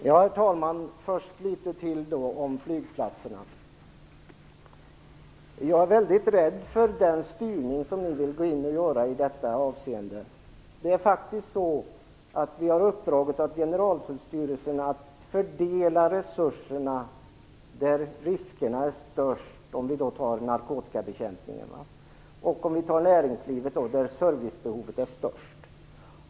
Herr talman! Jag skall först säga något mer om flygplatserna. Jag är väldigt rädd för den styrning som ni vill gå in och göra i detta avseende. Vi har uppdragit åt Generaltullstyrelsen att fördela resurserna, beträffande narkotikabekämpningen där riskerna är störst och beträffande näringslivet där servicebehovet är störst.